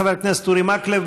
חבר הכנסת אורי מקלב,